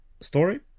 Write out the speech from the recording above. story